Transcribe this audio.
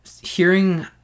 hearing